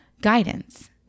guidance